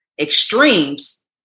extremes